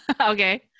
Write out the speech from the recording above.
Okay